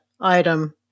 item